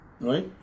right